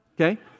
okay